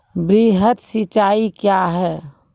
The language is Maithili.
वृहद सिंचाई कया हैं?